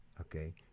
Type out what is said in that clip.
Okay